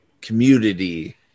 community